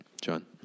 John